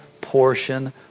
portion